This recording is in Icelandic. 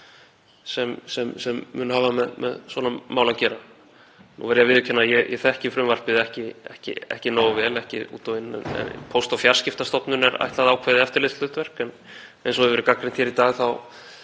sem mun hafa með svona mál að gera? Ég verð að viðurkenna að ég þekki frumvarpið ekki nógu vel, ekki út og inn, en Póst- og fjarskiptastofnun er ætlað ákveðið eftirlitshlutverk. En eins og hefur verið gagnrýnt hér í dag